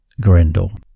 Grendel